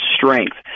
strength